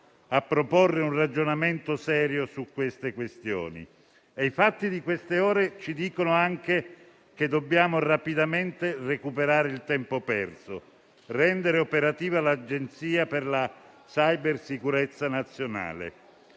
a proporre un ragionamento serio su queste questioni. I fatti di queste ore ci dicono anche che dobbiamo rapidamente recuperare il tempo perso e rendere operativa l'Agenzia per la cybersicurezza nazionale.